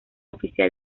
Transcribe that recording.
oficial